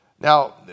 Now